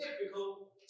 difficult